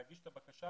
להגיש את הבקשה,